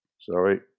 Sorry